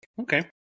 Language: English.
Okay